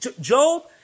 Job